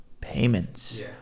payments